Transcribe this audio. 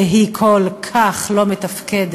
והיא כל כך לא מתפקדת,